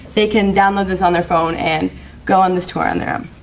they can download this on their phone. and go on this tour on their um